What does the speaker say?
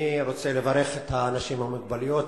אני רוצה לברך את האנשים עם המוגבלויות.